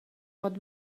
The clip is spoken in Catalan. pot